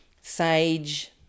Sage